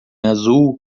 azul